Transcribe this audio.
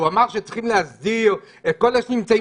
הוא אמר שצריכים להסדיר את כל אלה שנמצאים באדמות מדינה.